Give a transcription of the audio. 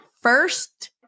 first